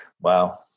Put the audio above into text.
wow